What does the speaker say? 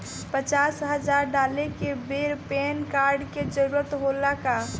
पचास हजार डाले के बेर पैन कार्ड के जरूरत होला का?